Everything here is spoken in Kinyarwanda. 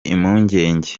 impungenge